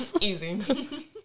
Easy